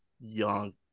young